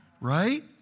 right